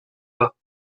pas